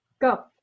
go